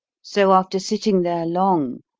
so after sitting there long,